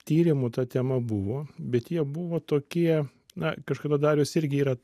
tyrimų ta tema buvo bet jie buvo tokie na kažkada darius irgi yra